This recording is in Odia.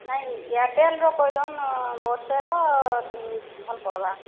ନାହିଁ ଏୟାରଟେଲ୍ର କହିଦେନ ବର୍ଷେର ଭଲ୍ ପଡ଼ିବା